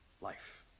life